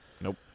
Nope